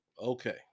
okay